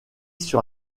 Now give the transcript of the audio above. sur